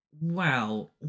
Wow